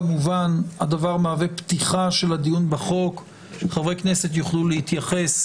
כמובן הדבר מהווה פתיחה של הדיון בחוק שחברי כנסת יוכלו להתייחס